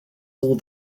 all